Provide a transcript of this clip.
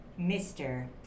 Mr